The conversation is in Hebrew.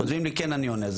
הם כותבים לי, כן, אני עונה.